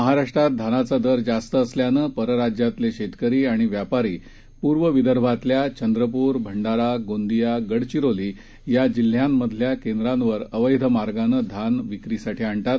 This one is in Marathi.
महाराष्ट्रातधानाचादरजास्तअसल्यानंपरराराज्यातलेशेतकरीआणिव्यापारीपूर्वविदर्भातल्याचंद्रपूर गोंदिया गडचिरोलीयाजिल्ह्यांमधल्याकेंद्रांवरअवैधमार्गानंधानविक्रीसाठीआणतात